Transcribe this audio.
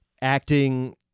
acting